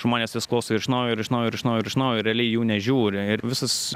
žmonės vis klauso ir iš naujo ir iš naujo ir iš naujo ir iš naujo realiai jų nežiūri ir visas